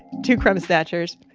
two crumb snatchers.